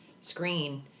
screen